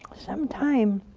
sometime